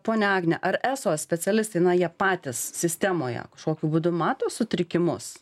ponia agne ar eso specialistai na jie patys sistemoje kažkokiu būdu mato sutrikimus